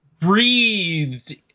breathed